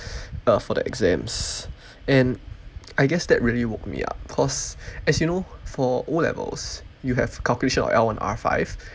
uh for the exams and I guess that really woke me up cause as you know for O levels you have calculation of L one R five